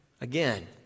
Again